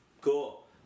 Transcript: Cool